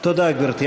תודה, גברתי.